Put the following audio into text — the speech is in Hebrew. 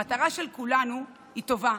המטרה של כולנו טובה.